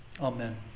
Amen